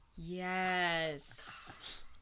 Yes